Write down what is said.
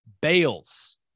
Bales